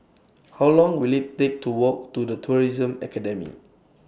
How Long Will IT Take to Walk to The Tourism Academy